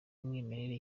y’umwimerere